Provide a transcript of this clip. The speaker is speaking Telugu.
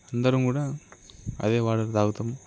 అందరం కూడా అదే వాటర్ తాగుతాము